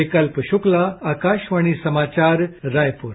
विकल्प शक्ला आकाशवाणी समाचार रायपुर